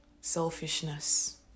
selfishness